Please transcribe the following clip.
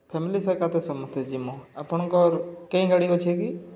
family ସମସ୍ତେ ଯିମୁ ଆପଣଙ୍କର କେଁ ଗାଡ଼ି ଅଛେ କି